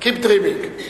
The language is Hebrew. keep dreaming.